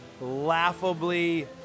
laughably